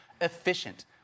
efficient